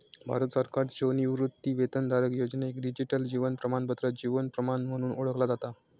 भारत सरकारच्यो निवृत्तीवेतनधारक योजनेक डिजिटल जीवन प्रमाणपत्र जीवन प्रमाण म्हणून ओळखला जाता